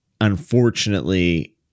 unfortunately